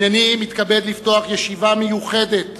הנני מתכבד לפתוח ישיבה מיוחדת